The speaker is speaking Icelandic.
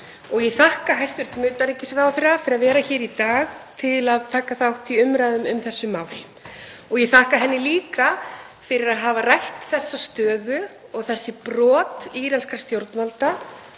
Ég þakka hæstv. utanríkisráðherra fyrir að vera hér í dag til að taka þátt í umræðum um þessi mál og ég þakka henni líka fyrir að hafa rætt þessa stöðu og þessi brot íranskra stjórnvalda